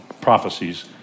prophecies